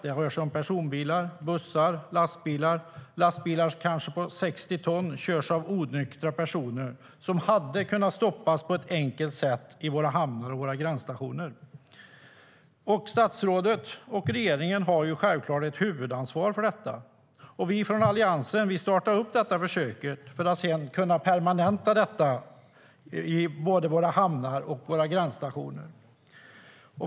Det rör sig om personbilar, bussar och lastbilar. Lastbilar på kanske 60 ton körs av onyktra personer som på ett enkelt sätt hade kunnat stoppas i våra hamnar och vid våra gränsstationer. Statsrådet och regeringen har ju självklart ett huvudansvar för detta. Vi från Alliansen startade upp försöket för att sedan kunna permanenta det både i våra hamnar och vid våra gränsstationer.